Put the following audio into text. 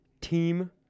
Team